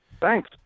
Thanks